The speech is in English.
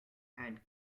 and